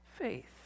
faith